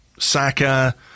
Saka